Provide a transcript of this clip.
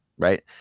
Right